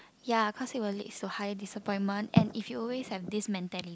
ya cause it will leads to high disappointment and if you always have this mentali~